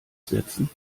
setzen